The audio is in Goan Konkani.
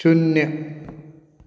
शुन्य